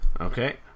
Okay